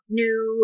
new